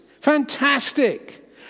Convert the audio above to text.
Fantastic